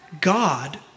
God